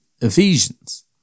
Ephesians